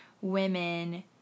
women